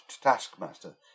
taskmaster